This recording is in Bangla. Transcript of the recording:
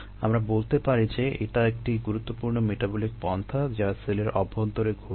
আমরা বলতে পারি যে এটা একটি গুরুত্বপূর্ণ মেটাবলিক পন্থা যা সেলের অভ্যন্তরে ঘটছে